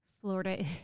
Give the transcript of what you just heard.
Florida